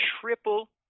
triple